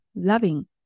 Loving